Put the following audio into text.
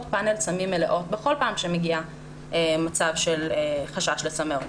פאנל סמים מלאות בכל פעם שמגיע מצב של חשש לסמי אונס.